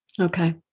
Okay